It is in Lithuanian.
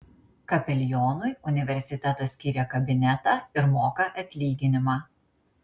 kapelionui universitetas skyrė kabinetą ir moka atlyginimą